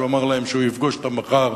שאמר להם שהוא יפגוש אותם מחר.